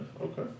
okay